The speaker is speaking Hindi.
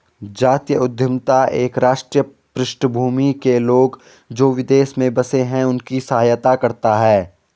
जातीय उद्यमिता एक ही राष्ट्रीय पृष्ठभूमि के लोग, जो विदेश में बसे हैं उनकी सहायता करता है